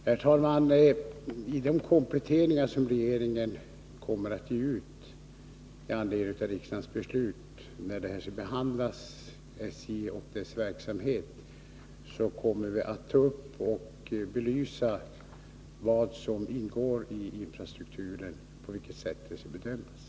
Herr talman! I de kompletteringar som regeringen kommer att göra med anledning av riksdagens beslut, när SJ och dess verksamhet skall behandlas, kommer vi att ta upp och belysa vad som ingår i infrastrukturen och på vilket sätt detta skall bedömas.